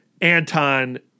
Anton